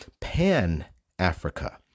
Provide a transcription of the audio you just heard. pan-Africa